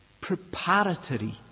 preparatory